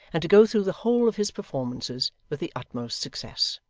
and to go through the whole of his performances with the utmost success.